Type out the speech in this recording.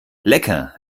lecker